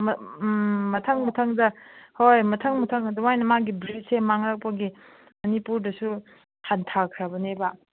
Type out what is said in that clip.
ꯎꯝ ꯃꯊꯪ ꯃꯊꯪꯗ ꯍꯣꯏ ꯃꯊꯪ ꯃꯊꯪ ꯑꯗꯨꯃꯥꯏꯅ ꯃꯥꯒꯤ ꯕ꯭ꯔꯤꯠꯁꯦ ꯃꯥꯡꯂꯛꯄꯒꯤ ꯃꯅꯤꯄꯨꯔꯗꯁꯨ ꯍꯟꯊꯈ꯭ꯔꯕꯅꯦꯕ